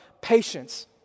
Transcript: patience